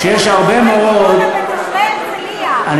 שיש הרבה מאוד, תושבי דימונה ותושבי הרצליה.